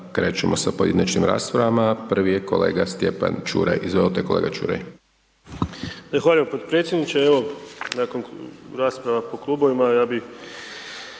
Hvala potpredsjedniče.